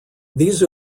these